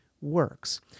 works